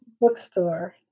bookstore